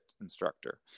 instructor